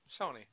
Sony